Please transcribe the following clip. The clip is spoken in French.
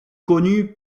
connu